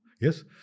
Yes